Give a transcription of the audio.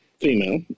female